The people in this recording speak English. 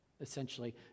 essentially